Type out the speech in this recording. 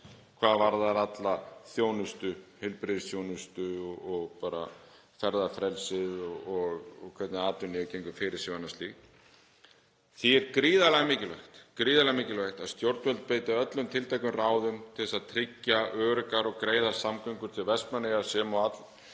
hvað varðar alla þjónustu, heilbrigðisþjónustu og ferðafrelsi og það hvernig atvinnulífið gengur fyrir sig og annað slíkt. Því er gríðarlega mikilvægt að stjórnvöld beiti öllum tiltækum ráðum til að tryggja öruggar og greiðar samgöngur til Vestmannaeyja sem og allra